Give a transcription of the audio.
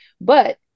but-